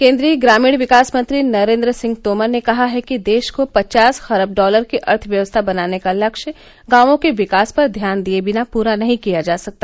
केन्द्रीय ग्रामीण विकास मंत्री नरेन्द्र सिंह तोमर ने कहा है कि देश को पचास खरब डॉलर की अर्थव्यवस्था बनाने का लक्ष्य गांवों के विकास पर ध्यान दिये बिना पूरा नहीं किया जा सकता